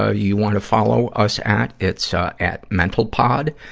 ah you wanna follow us at, it's, ah at mentalpod.